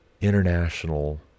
international